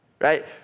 right